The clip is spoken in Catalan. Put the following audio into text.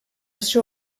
ser